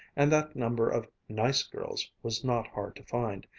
and that number of nice girls was not hard to find,